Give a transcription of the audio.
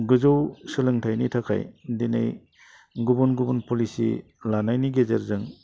गोजौ सोलोंथाइनि थाखाय दिनै गुबुन गुबुन पलिसि लानायनि गेजेरजों